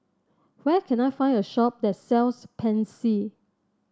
where can I find a shop that sells Pansy